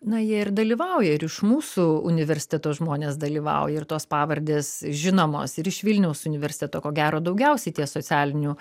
na jie ir dalyvauja ir iš mūsų universiteto žmonės dalyvauja ir tos pavardės žinomos ir iš vilniaus universiteto ko gero daugiausiai tie socialinių